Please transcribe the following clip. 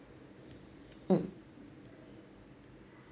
mm